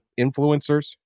influencers